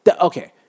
Okay